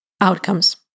outcomes